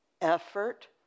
effort